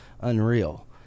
unreal